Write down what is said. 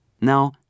Now